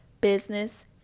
business